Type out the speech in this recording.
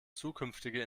zukünftige